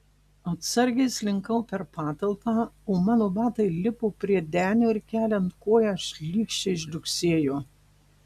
atsargiai slinkau per patalpą o mano batai lipo prie denio ir keliant koją šlykščiai žliugsėjo